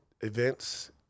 events